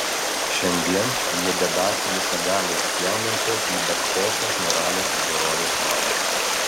šiandien jie dedąsi visagaliais spjaunančiais į bet kokias moralės ir dorovės normas